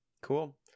cool